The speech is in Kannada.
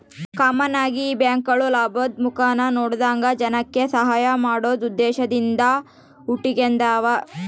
ಕಾಮನ್ ಆಗಿ ಈ ಬ್ಯಾಂಕ್ಗುಳು ಲಾಭುದ್ ಮುಖಾನ ನೋಡದಂಗ ಜನಕ್ಕ ಸಹಾಐ ಮಾಡೋ ಉದ್ದೇಶದಿಂದ ಹುಟಿಗೆಂಡಾವ